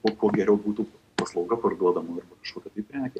o kuo geriau būtų paslauga parduodama kažkoia tai prekė